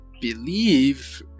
believe